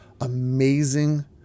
amazing